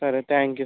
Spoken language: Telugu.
సరే థ్యాంక్ యూ సార్